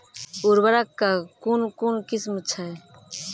उर्वरक कऽ कून कून किस्म छै?